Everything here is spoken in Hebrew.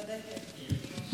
צודקת.